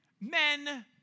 men